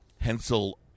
Hensel